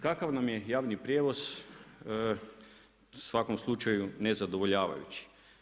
Kakav nam je javni prijevoz u svakom slučaju nezadovoljavajući.